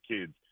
kids